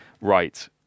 right